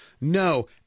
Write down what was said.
No